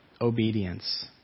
obedience